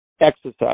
exercise